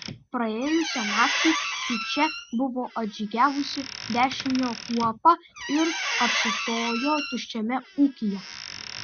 praėjusią naktį į čia buvo atžygiavusi dešinio kuopa ir apsistojo tuščiame ūkyje